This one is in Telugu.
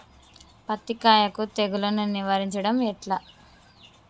పత్తి కాయకు తెగుళ్లను నివారించడం ఎట్లా?